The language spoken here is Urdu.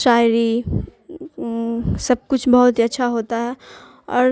شاعری سب کچھ بہت ہی اچھا ہوتا ہے اور